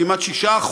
כמעט 6%,